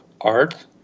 art